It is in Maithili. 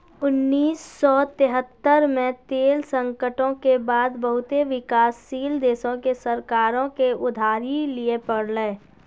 उन्नीस सौ तेहत्तर मे तेल संकटो के बाद बहुते विकासशील देशो के सरकारो के उधारी लिये पड़लै